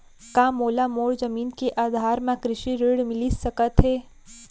का मोला मोर जमीन के आधार म कृषि ऋण मिलिस सकत हे?